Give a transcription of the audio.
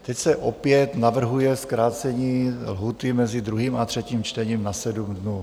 Teď se opět navrhuje zkrácení lhůty mezi druhým a třetím čtením na 7 dnů.